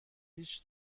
هیچ